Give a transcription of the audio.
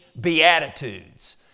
beatitudes